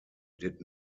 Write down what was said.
did